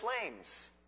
flames